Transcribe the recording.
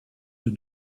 you